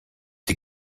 die